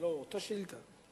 בדיוק אותה שאילתא.